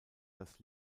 das